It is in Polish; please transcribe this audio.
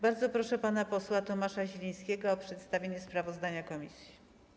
Bardzo proszę pana posła Tomasza Zielińskiego o przedstawienie sprawozdania komisji.